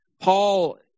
Paul